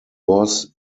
was